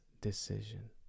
decision